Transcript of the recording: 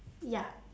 ya